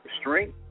strength